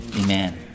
amen